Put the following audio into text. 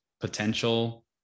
potential